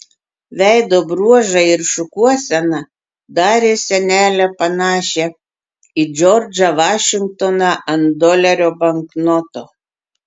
veido bruožai ir šukuosena darė senelę panašią į džordžą vašingtoną ant dolerio banknoto